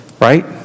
Right